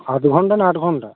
আধ ঘন্টা না আট ঘন্টা